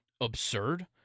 absurd